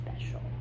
special